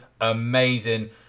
amazing